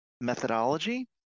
methodology